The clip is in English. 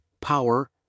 power